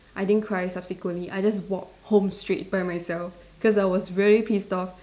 I didn't cry subsequently I just walk home straight by myself cause I was very pissed off